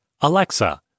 Alexa